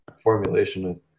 formulation